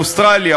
באוסטרליה,